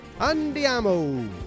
Andiamo